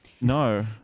No